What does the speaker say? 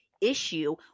issue